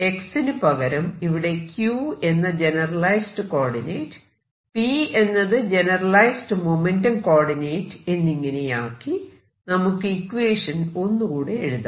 x നു പകരം ഇവിടെ q എന്ന ജനറലൈസ്ഡ് കോർഡിനേറ്റ് p എന്നത് ജനറലൈസ്ഡ് മൊമെന്റം കോർഡിനേറ്റ് എന്നിങ്ങനെയാക്കി നമുക്ക് ഇക്വേഷൻ ഒന്നുകൂടെ എഴുതാം